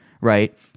Right